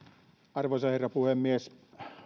arvoisa herra puhemies